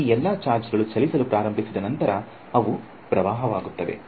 ಆ ಎಲ್ಲಾ ಚಾರ್ಜ್ಗಳು ಚಲಿಸಲು ಪ್ರಾರಂಭಿಸಿದ ನಂತರ ಅವು ಪ್ರವಾಹವಾಗುತ್ತವೆ